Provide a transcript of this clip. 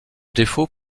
défaut